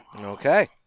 Okay